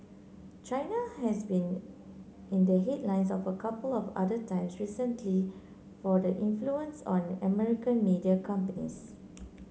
China has been in the headlines of a couple of other times recently for the influence on American media companies